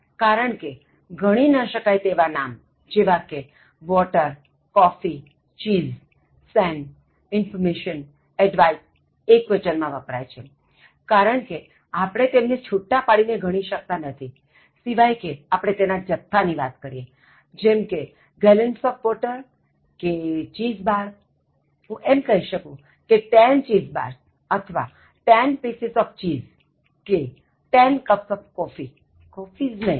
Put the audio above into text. કારણ કેગણી ન શકાય તેવા નામજેવા કે water coffee cheese sand information advice એક્વચનમાં વપરાય છે કારણ કે આપણે તેમને છૂટા પાડીને ગણી શકતા નથી સિવાય કે આપણે તેના જથ્થા ની વાત કરીએ જેમ કે gallons of water કે cheese bar હું એમ કહી શકું કે 10 cheese bars અથવા 10 pieces of cheese કે 10 cups of coffee coffees નહીં